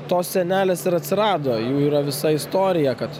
tos sienelės ir atsirado jų yra visa istorija kad